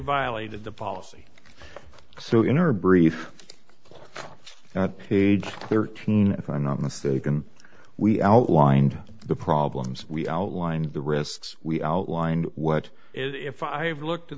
violated the policy so in her brief now at age thirteen if i'm not mistaken we outlined the problems we outlined the risks we outlined what if i've looked